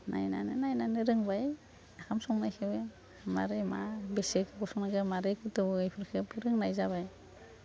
नायनानै नायनानै रोंबाय ओंखाम संनायखौबो माबोरै मा बेसे गोबाव संनांगौ माबोरै गोदौवो बेफोरखौ रोंनाय जाबाय